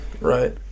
right